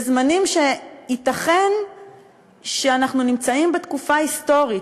בזמנים שייתכן שהם תקופה היסטורית,